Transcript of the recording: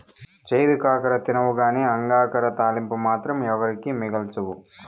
చేదు కాకర తినవుగానీ అంగాకర తాలింపు మాత్రం ఎవరికీ మిగల్సవు